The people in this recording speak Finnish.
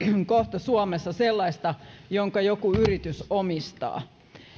kohta suomessa sellaista jonka joku yritys omistaa